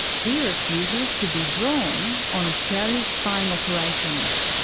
he refuses to be drawn on australia's spying operations.